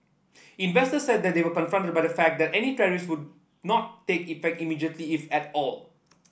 investor said they were comforted by the fact that any tariff would not take effect immediately if at all